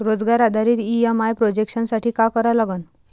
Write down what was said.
रोजगार आधारित EMI projection साठी का करा लागन?